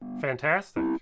Fantastic